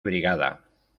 brigada